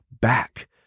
back